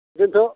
दोन्थ'